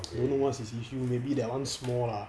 don't know what's his issue maybe that [one] small lah